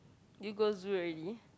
do you go zoo already